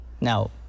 Now